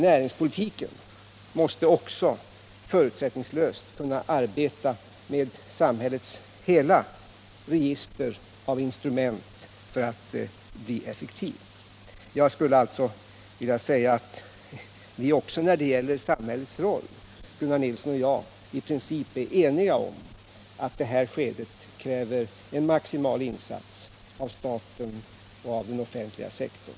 Näringspolitiken måste också förutsättningslöst kunna arbeta med samhällets hela register av instrument för att bli effektiv. Jag skulle alltså vilja säga att även när det gäller samhällets roll är Gunnar Nilsson och jag i princip eniga om att det här skedet kräver en maximal insats av staten och av den offentliga sektorn.